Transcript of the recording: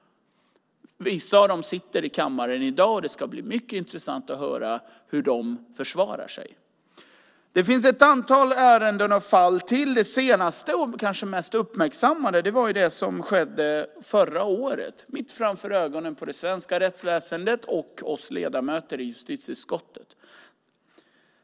Vissa av dem sitter i kammaren i dag, och det ska bli mycket intressant att höra hur de försvarar sig. Det finns ett antal ärenden och fall till. Det senaste och kanske mest uppmärksammade var det som skedde förra året, mitt framför ögonen på det svenska rättsväsendet och oss ledamöter i justitieutskottet.